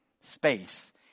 Space